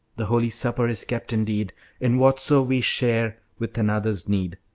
the holy supper is kept indeed in whatso we share with another's need.